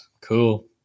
Cool